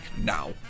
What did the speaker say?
now